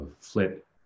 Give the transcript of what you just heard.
flip